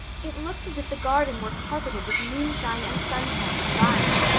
it looks as if the garden were carpeted with moonshine and sunshine combined.